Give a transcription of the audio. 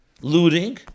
looting